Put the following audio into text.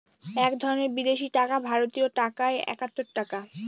এক ধরনের বিদেশি টাকা ভারতীয় টাকায় একাত্তর টাকা